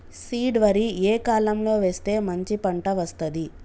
Seed వరి ఏ కాలం లో వేస్తే మంచి పంట వస్తది?